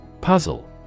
puzzle